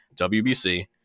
WBC